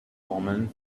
omen